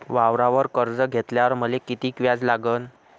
वावरावर कर्ज घेतल्यावर मले कितीक व्याज लागन?